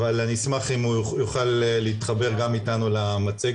אבל אני אשמח אם הוא יוכל להתחבר גם איתנו למצגת.